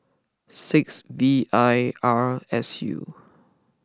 six V I R S U